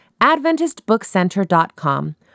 AdventistBookCenter.com